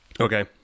Okay